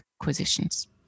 acquisitions